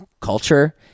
culture